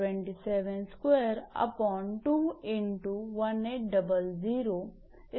04 𝑚 इतका असेल